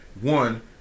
one